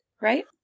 right